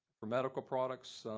for medical products,